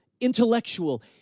intellectual